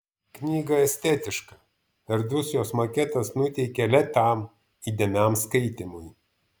knyga estetiška erdvus jos maketas nuteikia lėtam įdėmiam skaitymui